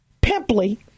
pimply